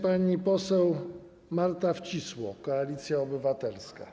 Pani poseł Marta Wcisło, Koalicja Obywatelska.